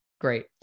Great